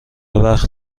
وقت